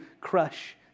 crush